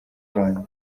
rwanda